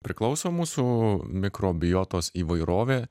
priklauso mūsų mikrobiotos įvairovė